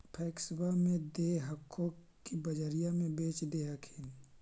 पैक्सबा मे दे हको की बजरिये मे बेच दे हखिन?